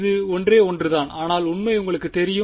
இது ஒன்றே ஒன்றுதான் ஆனால் உண்மை உங்களுக்குத் தெரியும்